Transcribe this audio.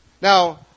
Now